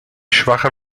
schwache